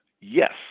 Yes